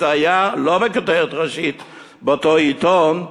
זה היה לא בכותרת ראשית באותו עיתון,